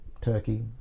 Turkey